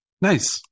Nice